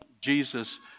Jesus